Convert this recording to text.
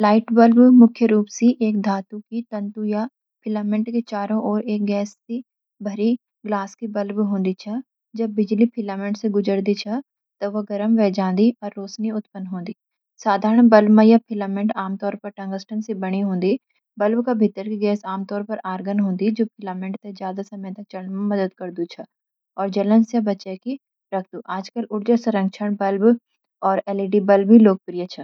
Light bulb मुख्य रूप सी एक धातु की तंतु या फिलामेंट के चारों ओर एक गैस भरी हुई ग्लास की बल्ब में होदी छ। जब बिजली फिलामेंट से गुजरती छ, त वा गर्म वे झंडीहै और रोशनी उत्पन्न करता है। साधारण बल्बां मं, ये फिलामेंट आमतौर पर टंग्स्टन स्याँ बने होते हैं। बल्ब के अंदर की गैस आमतौर पर आर्गन होती है, जौस फिलामेंट ज्यादा समय ताईं चलता है और जलन स्याँ बचा रह्या।